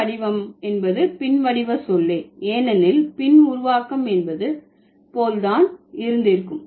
பின்வடிவமை என்பது ஒரு பின்வடிவ சொல்லே ஏனெனில் பின் உருவாக்கம் என்பது போல் தான் இருந்திருக்கும்